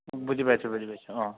বুজি পাইছোঁ বুজি পাইছোঁ অঁ